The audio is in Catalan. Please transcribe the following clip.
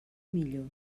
millor